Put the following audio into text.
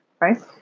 right